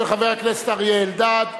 של חבר הכנסת אריה אלדד,